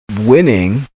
winning